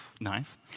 Nice